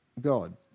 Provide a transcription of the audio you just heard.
God